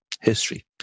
history